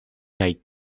kaj